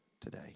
today